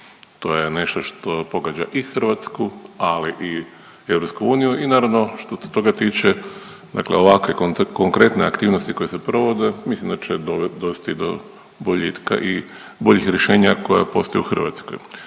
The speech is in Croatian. To je nešto što pogađa i Hrvatsku, ali i EU i naravno što se toga tiče, dakle ovakve konkretne aktivnosti koje se provode mislim da će dovesti do boljitka i boljih rješenja koja postoje u Hrvatskoj.